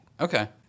Okay